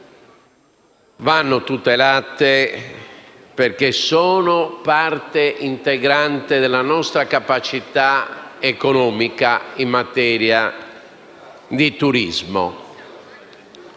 pertanto tutelate, perché sono parte integrante della nostra capacità economica in materia di turismo.